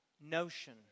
notion